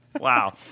Wow